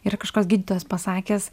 yra kažkoks gydytojas pasakęs